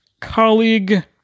colleague